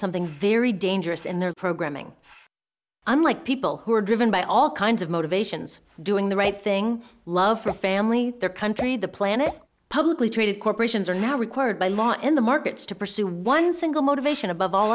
something very dangerous in their programming unlike people who are driven by all kinds of motivations doing the right thing love for a family their country the planet publicly traded corporations are now required by law in the markets to pursue one single motivation above all